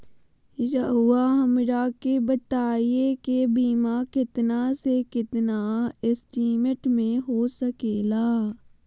रहुआ हमरा के बताइए के बीमा कितना से कितना एस्टीमेट में हो सके ला?